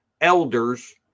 elders